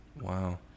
Wow